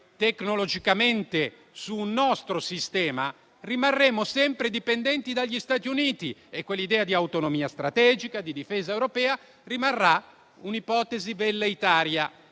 tecnologicamente sul nostro sistema, rimarremo sempre dipendenti dagli Stati Uniti e quell'idea di autonomia strategica e di difesa europea rimarrà un'ipotesi velleitaria.